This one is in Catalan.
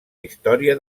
història